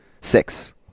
six